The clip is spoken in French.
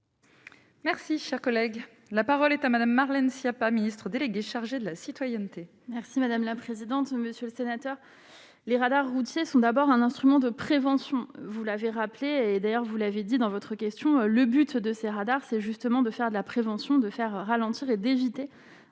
Merci, cher collègue, la parole est à Madame, Marlène Schiappa, ministre déléguée chargée de la citoyenneté. Merci madame la présidente, monsieur le sénateur, les radars routiers sont d'abord un instrument de prévention, vous l'avez rappelé et d'ailleurs, vous l'avez dit dans votre question, le but de ces radars, c'est justement de faire de la prévention, de faire ralentir et d'éviter